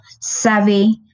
savvy